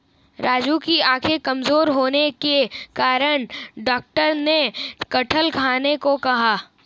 राजू की आंखें कमजोर होने के कारण डॉक्टर ने कटहल खाने को कहा